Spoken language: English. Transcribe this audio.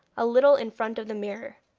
a little in front of the mirror.